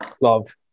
Love